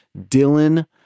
Dylan